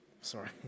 sorry